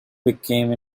became